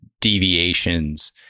deviations